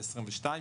2022,